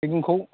मैगंखौ